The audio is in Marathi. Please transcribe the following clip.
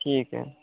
ठीक आहे